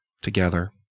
together